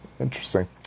interesting